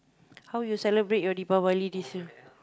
how you celebrate your Deepavali this year